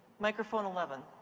microphone eleven.